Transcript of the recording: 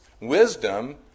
Wisdom